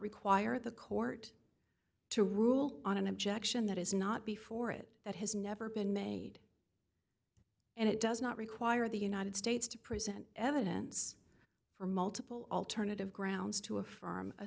require the court to rule on an objection that is not before it that has never been made and it does not require the united states to present evidence for multiple alternative grounds to affirm